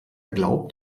glaubt